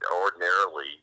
ordinarily